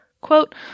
Quote